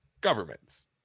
governments